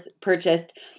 purchased